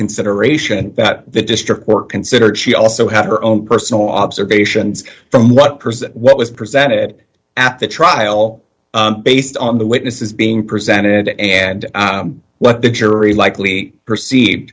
consideration that the district were considered she also had her own personal observations from what present what was presented at the trial based on the witnesses being presented and what the jury likely perceived